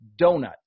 donut